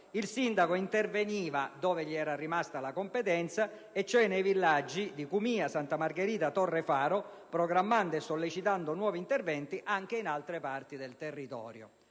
il sindaco interveniva dove gli era rimasta la competenza, cioè nei villaggi di Cumia, Santa Margherita e Torre Faro, programmando e sollecitando nuovi interventi anche in altre parti del territorio.